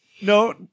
No